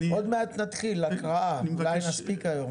עוד מעט נתחיל הקראה, אולי נספיק היום.